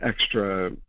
extra